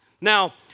Now